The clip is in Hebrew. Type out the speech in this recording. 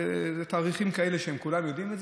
תאריכים כאלה שכולם יודעים.